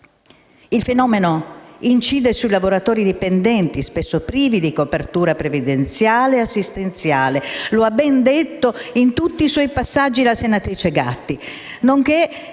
Il fenomeno incide sui lavoratori dipendenti, spesso privi di copertura previdenziale e assistenziale - lo ha ben detto in tutti i suoi passaggi la senatrice Gatti